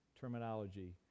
terminology